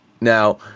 Now